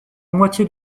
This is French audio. moitié